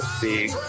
big